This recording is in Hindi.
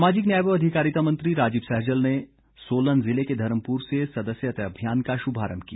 सामाजिक न्याय व अधिकारिता मंत्री राजीव सहजल ने सोलन जिले के धर्मपुर से सदस्यता अभियान का शुभारंभ किया